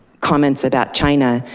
comments about china.